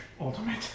Ultimate